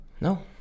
No